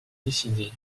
décidé